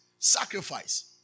Sacrifice